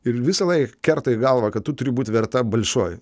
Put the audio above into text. ir visą laiką kerta į galvą kad tu turi būti verta balšoj